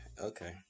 Okay